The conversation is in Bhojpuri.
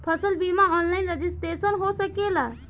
फसल बिमा ऑनलाइन रजिस्ट्रेशन हो सकेला?